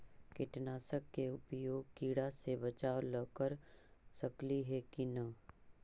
कीटनाशक के उपयोग किड़ा से बचाव ल कर सकली हे की न?